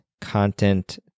content